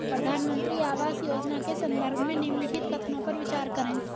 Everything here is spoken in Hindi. प्रधानमंत्री आवास योजना के संदर्भ में निम्नलिखित कथनों पर विचार करें?